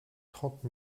trente